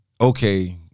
okay